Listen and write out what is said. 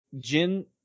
Jin